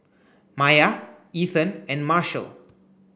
Maiya Ethen and Marshall